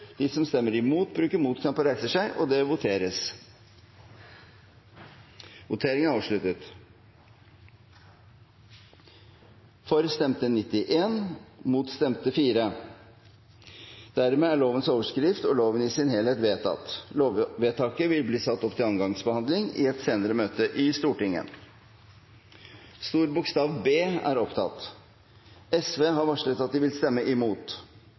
de vil stemme imot. Det voteres over lovens overskrift og loven i sin helhet. Sosialistisk Venstreparti har varslet at de vil stemme imot. Lovvedtaket vil bli satt opp til andre gangs behandling i et senere møte i Stortinget. Sosialistisk Venstreparti har varslet at de vil stemme imot.